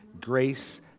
grace